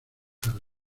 tarde